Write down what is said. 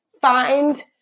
find